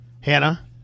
Hannah